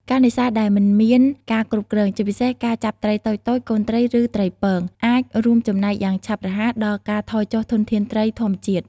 ការនេសាទដែលមិនមានការគ្រប់គ្រង ជាពិសេសការចាប់ត្រីតូចៗ កូនត្រី ឬត្រីពង អាចរួមចំណែកយ៉ាងឆាប់រហ័សដល់ការថយចុះធនធានត្រីធម្មជាតិ។